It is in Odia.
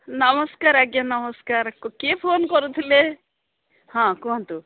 ନମସ୍କାର ଆଜ୍ଞା ନମସ୍କାର କିଏ ଫୋନ୍ କରୁଥିଲେ ହଁ କୁହନ୍ତୁ